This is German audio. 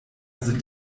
sind